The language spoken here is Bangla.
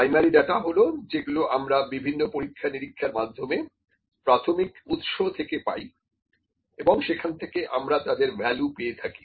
প্রাইমারি ডাটা হল যেগুলি আমরা বিভিন্ন পরীক্ষা নিরীক্ষার মাধ্যমে প্রাথমিক উৎস থেকে পাই এবং সেখান থেকে আমরা তাদের ভ্যালু পেয়ে থাকি